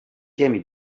jamie